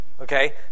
Okay